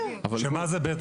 שמה זה בית אב?